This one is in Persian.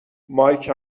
مایک